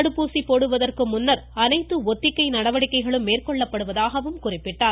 தடுப்பூசி போடுவதற்கு முன்னர் அனைத்து ஒத்திகை நடவடிக்கைகளும் மேற்கொள்ளப்படுவதாக குறிப்பிட்டார்